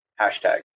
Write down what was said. Hashtag